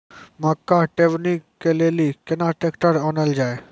मक्का टेबनी के लेली केना ट्रैक्टर ओनल जाय?